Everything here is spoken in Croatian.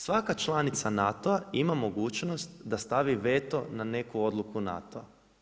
Svaka članica NATO-a ima mogućnost da stavi veto na neko odluku NATO-a.